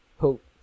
hope